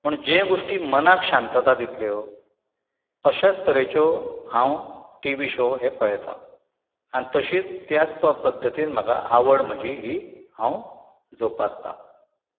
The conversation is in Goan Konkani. म्हणून जे गोश्टी मनाक शांतता दितल्यो अशाच तरेच्यो हांव टीवी शो हे पळयतां आनी तशींच त्याच प पद्दतीन म्हाका आवड म्हजी ही हांव जोपासतां